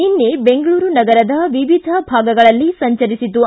ನಿನ್ನೆ ಬೆಂಗಳೂರು ನಗರದ ವಿವಿಧ ಭಾಗಗಳಲ್ಲಿ ಸಂಚರಿಸಿತು